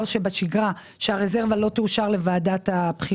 שבשגרה שהרזרבה לא תאושר לוועדת הבחירות.